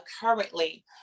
Currently